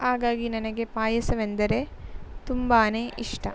ಹಾಗಾಗಿ ನನಗೆ ಪಾಯಸವೆಂದರೆ ತುಂಬಾ ಇಷ್ಟ